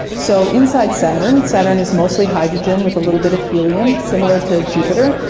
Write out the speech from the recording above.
so inside saturn, saturn is mostly hydrogen with a little bit of helium, similar to jupiter,